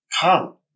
Come